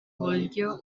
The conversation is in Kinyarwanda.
buryo